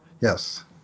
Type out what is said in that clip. yes